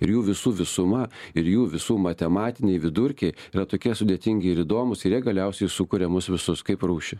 ir jų visų visuma ir jų visų matematiniai vidurkiai yra tokie sudėtingi ir įdomūs ir jie galiausiai sukuria mus visus kaip rūšį